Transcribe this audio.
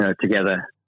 Together